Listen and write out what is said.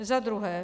Za druhé.